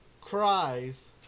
Cries